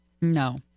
No